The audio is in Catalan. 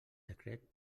decret